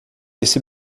esse